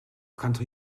country